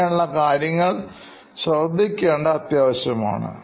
ഇങ്ങനെയുള്ള കാര്യങ്ങൾ ശ്രദ്ധിക്കേണ്ടത് അത്യാവശ്യമാണ്